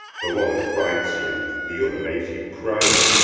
the one affrights you, the other makes you proud.